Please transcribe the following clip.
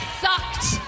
sucked